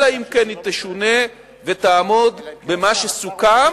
אלא אם כן היא תשונה ותעמוד במה שסוכם